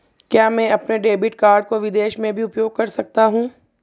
क्या मैं अपने डेबिट कार्ड को विदेश में भी उपयोग कर सकता हूं?